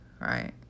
right